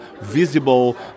visible